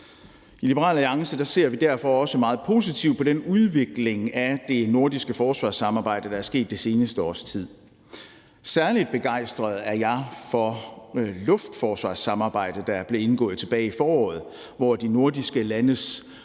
I Liberal Alliance ser vi derfor også meget positivt på den udvikling af det nordiske forsvarssamarbejde, der er sket det seneste års tid. Særlig begejstret er jeg for luftforsvarssamarbejdet, der blev indgået tilbage i foråret, hvor de nordiske landes